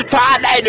Father